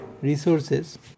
resources